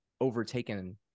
overtaken